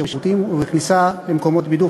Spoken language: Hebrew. בשירותים ובכניסה למקומות בידור,